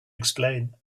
explain